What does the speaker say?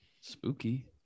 Spooky